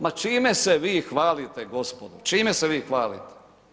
Ma čime se vi hvalite gospodo, čime se vi hvalite?